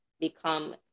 become